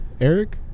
Eric